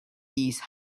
these